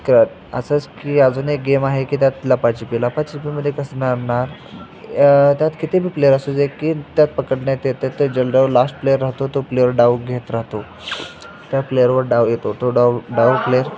का असंच की अजून एक गेम आहे की त्यात लापाछपी लपाछपीमध्ये कसं त्यात कितीबी प्लेअर असू दे की त्यात पकडण्यात येते तो जनरल लास्ट प्लेयर राहतो तो प्लेयर डाऊट घेत राहतो त्या प्लेयरवर डाव येतो तो डाव डाव प्लेयर